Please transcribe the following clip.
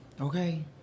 Okay